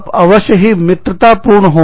आप अवश्य ही मित्रतापूर्ण हो